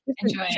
enjoy